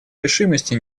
решимости